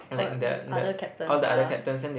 what other captains ah